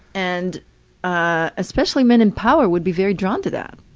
and especially men in power would be very drawn to that.